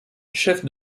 chef